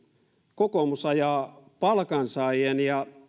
kokoomus ajaa palkansaajien ja